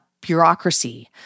bureaucracy